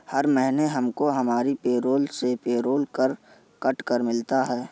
हर महीने हमको हमारी पेरोल से पेरोल कर कट कर मिलता है